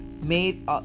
made